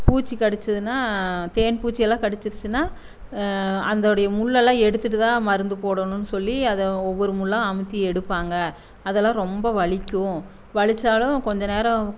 பூச்சி கடிச்சுதுனா தேன் பூச்சியெலாம் கடிச்சுருச்சின்னா அதோடைய முள்ளெல்லாம் எடுத்துவிட்டு தான் மருந்து போடணும்னு சொல்லி அதை ஒவ்வொரு முள்ளாக அமுத்தி எடுப்பாங்க அதெல்லாம் ரொம்ப வலிக்கும் வலித்தாலும் கொஞ்சம் நேரம்